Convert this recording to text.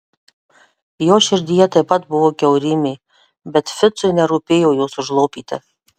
jos širdyje taip pat buvo kiaurymė bet ficui nerūpėjo jos užlopyti